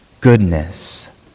goodness